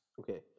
Okay